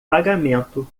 pagamento